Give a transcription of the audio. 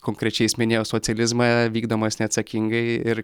konkrečiai jis minėjo socializmą vykdomas neatsakingai ir